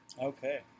Okay